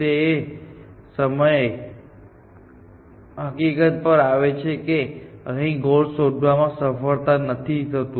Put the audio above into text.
તે એ હકીકત પર આવે છે કે તે અહીં ગોલ શોધવામાં સફળ નથી થતું